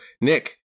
Nick